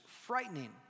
frightening